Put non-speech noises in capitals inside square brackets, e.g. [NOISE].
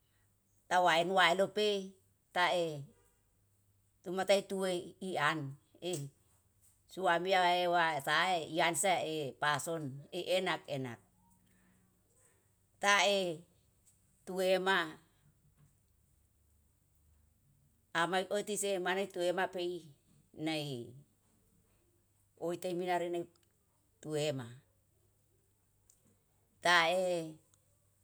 Tawa enuwa elopei tae [NOISE] tumatei tuei ian ih suamia ewa sae ianse i pahson i enak-enak. Tae tuwema ama oti semaneh tuwema peihin nai oitemina reneng tuema tae.